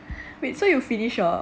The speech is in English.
wait so you finish your